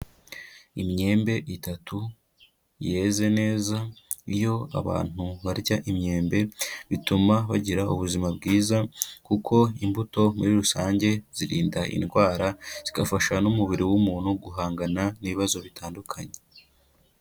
Imyembe itatu, yeze neza, iyo abantu barya imyembe, bituma bagira ubuzima bwiza kuko imbuto muri rusange zirinda indwara, zigafasha n'umubiri w'umuntu guhangana n'ibibazo bitandukanye.